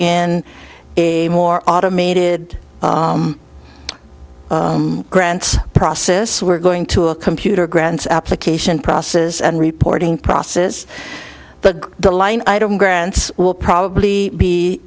in a more automated grants process we're going to a computer grants application process and reporting process that the line item grants will probably be